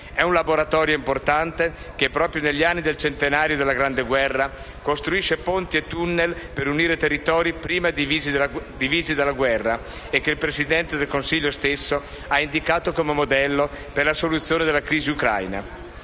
È un laboratorio importante, che, proprio negli anni del centenario della Grande guerra, costruisce ponti e *tunnel* per unire territori prima divisi dalla guerra e che il Presidente del Consiglio stesso ha indicato come un modello per la soluzione della crisi ucraina.